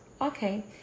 okay